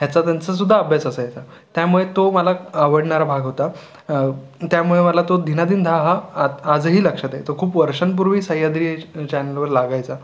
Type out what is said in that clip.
ह्याचा त्यांचा सुद्धा अभ्यास असायचा त्यामुळे तो मला आवडणारा भाग होता त्यामुळे मला तो धीनाधीनधा हा आजही लक्षात आहे तो खूप वर्षांपूर्वी सह्याद्री चॅनलवर लागायचा